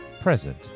present